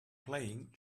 playing